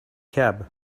cab